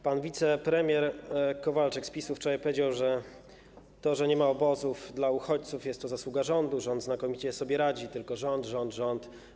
Pan wicepremier Kowalczyk z PiS-u wczoraj powiedział, że to, że nie ma obozów dla uchodźców, jest to zasługa rządu, rząd znakomicie sobie radzi - tylko rząd, rząd, rząd.